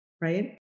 right